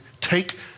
take